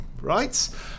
right